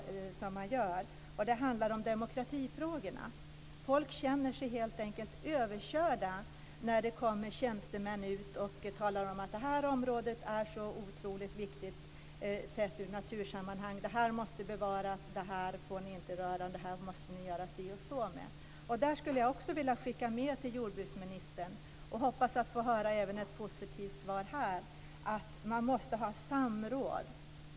Det handlar också om demokratifrågor. Folk känner sig helt enkelt överkörda när det kommer tjänstemän och talar om vilka områden som är viktiga sett från ett natursammanhang. Det måste bevaras, ni får inte röra det, det måste ni göra si och så med osv. Det här skulle jag vilja skicka med till jordbruksministern. Jag hoppas att få höra ett positivt svar, att man måste ha samråd.